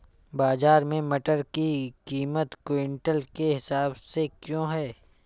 बाजार में मटर की कीमत क्विंटल के हिसाब से क्यो है?